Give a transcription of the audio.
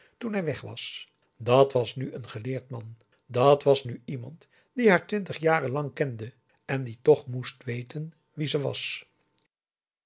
toen hij weg was dat was nu een geleerd man dat was nu iemand die haar twintig jaren lang kende en die toch moest weten wie ze was